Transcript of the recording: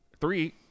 Three